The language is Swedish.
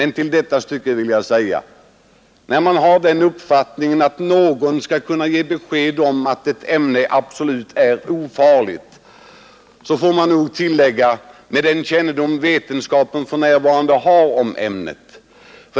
När man kräver att det skall kunna ges besked om att ett ämne är absolut ofarligt, får man nog tillägga: med den kännedom vetenskapen för närvarande har om ämnet.